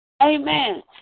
Amen